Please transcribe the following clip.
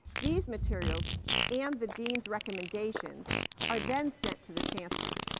these materials and the deans recommendations are then sent to the chancellor.